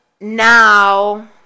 Now